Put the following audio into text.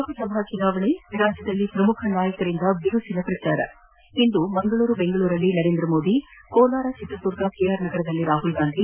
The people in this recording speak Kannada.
ಲೋಕಸಭಾ ಚುನಾವಣೆ ರಾಜ್ಯದಲ್ಲಿ ಪ್ರಮುಖ ನಾಯಕರ ಬಿರುಸಿನ ಪ್ರಚಾರ ಇಂದು ಮಂಗಳೂರು ಬೆಂಗಳೂರಲ್ಲಿ ನರೇಂದ್ರ ಮೋದಿ ಕೋಲಾರ ಚಿತ್ರದುರ್ಗ ಕೆ ಆರ್ ನಗರದಲ್ಲಿ ರಾಹುಲ್ ಗಾಂಧಿ